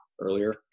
earlier